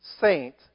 saint